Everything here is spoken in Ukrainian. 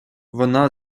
вона